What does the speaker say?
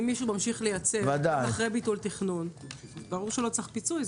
אם מישהו ממשיך לייצר אחרי ביטול התכנון ברור שהוא לא צריך פיצוי.